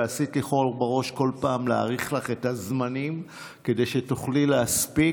ועשית לי חור בראש כל פעם להאריך לך את הזמנים כדי שתוכלי להספיק.